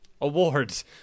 awards